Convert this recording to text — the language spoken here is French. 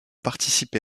participé